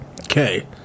Okay